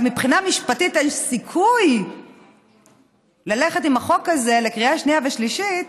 אבל מבחינה משפטית אין סיכוי ללכת עם החוק הזה לקריאה שנייה ושלישית,